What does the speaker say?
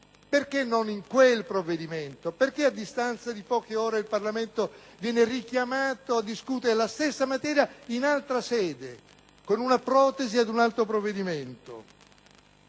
intervenire in quel provvedimento? Perché, a distanza di poche ore, il Parlamento viene richiamato a discutere la stessa materia in altra sede, con una protesi ad un altro provvedimento?